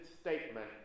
statement